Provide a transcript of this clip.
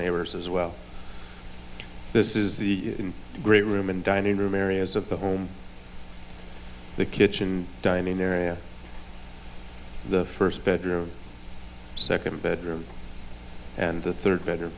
neighbors as well this is the great room and dining room areas of the home the kitchen dining area the first bedroom second bedroom and the third be